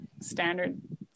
standard